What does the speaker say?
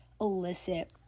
elicit